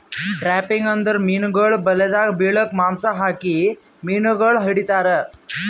trapping ಅಂದುರ್ ಮೀನುಗೊಳ್ ಬಲೆದಾಗ್ ಬಿಳುಕ್ ಮಾಂಸ ಹಾಕಿ ಮೀನುಗೊಳ್ ಹಿಡಿತಾರ್